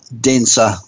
denser